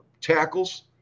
tackles